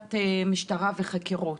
עבודת משטרה וחקירות,